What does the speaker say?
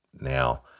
now